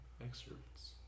Excerpts